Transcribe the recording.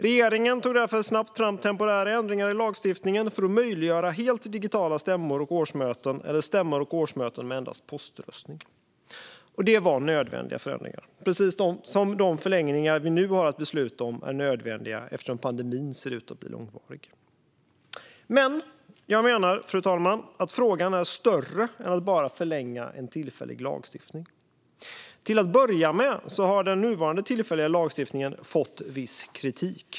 Regeringen tog därför snabbt fram temporära ändringar i lagstiftningen för att möjliggöra helt digitala stämmor och årsmöten samt stämmor och årsmöten med endast poströstning. Det var nödvändiga förändringar. De förlängningar som vi nu har att besluta om är också nödvändiga, eftersom pandemin ser ut att bli långvarig. Men jag menar, fru talman, att frågan handlar om något större än att bara förlänga en tillfällig lagstiftning. Till att börja med har den nuvarande tillfälliga lagstiftningen fått viss kritik.